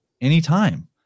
anytime